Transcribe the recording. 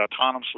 autonomously